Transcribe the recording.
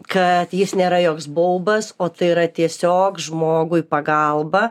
kad jis nėra joks baubas o tai yra tiesiog žmogui pagalba